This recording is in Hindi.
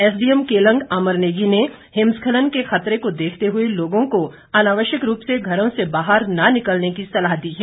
एसडीएम केलंग अमर नेगी ने हिमस्खलन के खतरे को देखते हुए लोगों को अनावश्यक रूप से घरों से बाहर न निकलने की सलाह दी है